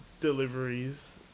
deliveries